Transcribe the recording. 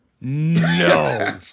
No